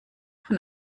von